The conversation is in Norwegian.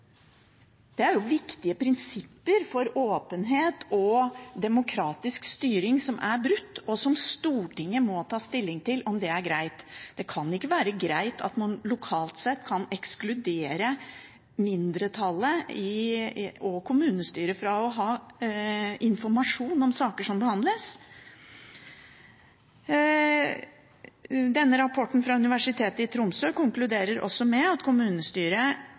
Det er jo viktige prinsipper for åpenhet og demokratisk styring som er brutt, og som Stortinget må ta stilling til om er greit. Det kan ikke være greit at man lokalt kan ekskludere mindretallet og kommunestyret fra å ha informasjon om saker som behandles. Rapporten fra Universitet i Tromsø konkluderer også med at kommunestyret